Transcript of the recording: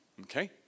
Okay